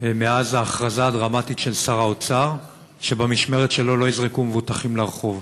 מאז ההכרזה הדרמטית של שר האוצר שבמשמרת שלו לא יזרקו מבוטחים לרחוב.